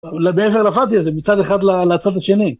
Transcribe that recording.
מעבר לואדי הזה, מצד אחד לצד השני